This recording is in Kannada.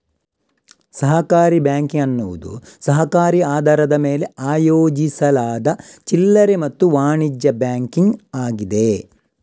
ಸಹಕಾರಿ ಬ್ಯಾಂಕಿಂಗ್ ಎನ್ನುವುದು ಸಹಕಾರಿ ಆಧಾರದ ಮೇಲೆ ಆಯೋಜಿಸಲಾದ ಚಿಲ್ಲರೆ ಮತ್ತು ವಾಣಿಜ್ಯ ಬ್ಯಾಂಕಿಂಗ್ ಆಗಿದೆ